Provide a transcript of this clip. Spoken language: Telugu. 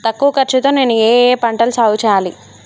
తక్కువ ఖర్చు తో నేను ఏ ఏ పంటలు సాగుచేయాలి?